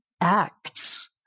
acts